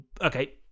Okay